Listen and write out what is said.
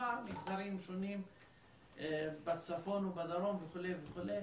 בתוכה מגזרים שונים בצפון ובדרום וכו' וכו',